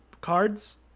cards